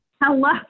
Hello